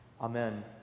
Amen